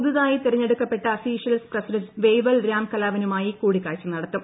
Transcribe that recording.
പുതുതായി തെരഞ്ഞെടുക്കപ്പെട്ട Seychelles president Wavel രാം കലവനുമായി കൂടിക്കാഴ്ച നടത്തും